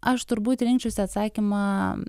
aš turbūt rinkčiausi atsakymą